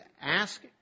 Ask